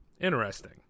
interesting